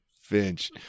Finch